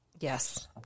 Yes